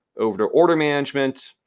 over to order management.